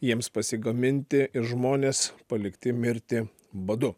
jiems pasigaminti ir žmonės palikti mirti badu